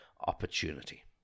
opportunity